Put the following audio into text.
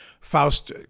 Faust